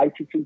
ITT